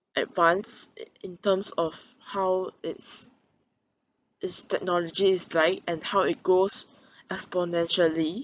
advanced in terms of how its its technology is like and how it grows exponentially